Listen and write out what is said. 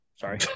Sorry